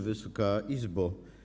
Wysoka Izbo!